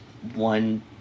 One